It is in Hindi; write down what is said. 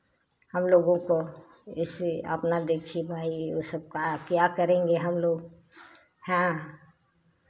हम लोगों को इसलिए अपना देखिए भाई वो सबका क्या करेंगे हम लोग हाँ